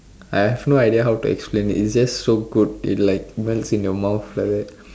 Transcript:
I have no idea how to explain it it's just so good it like melts in your mouth like that